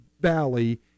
valley